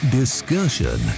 discussion